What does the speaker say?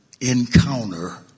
encounter